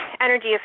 energy